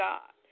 God